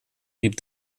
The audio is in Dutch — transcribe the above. riep